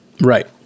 Right